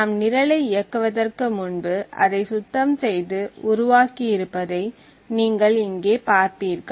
நாம் நிரலை இயக்குவதற்கு முன்பு அதை சுத்தம் செய்து உருவாகியிருப்பதை நீங்கள் இங்கே பார்ப்பீர்கள்